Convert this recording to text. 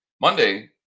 Monday